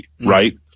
right